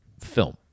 film